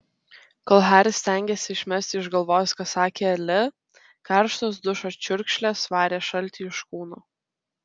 kol haris stengėsi išmesti iš galvos ką sakė ali karštos dušo čiurkšlės varė šaltį iš kūno